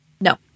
No